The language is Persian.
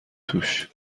توش